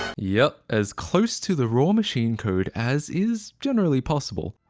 yep, as close to the raw machine code as is generally possible.